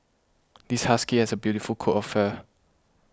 this husky has a beautiful coat of fur